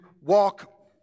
walk